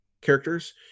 characters